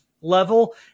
level